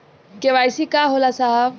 KYC का होला साहब?